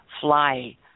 fly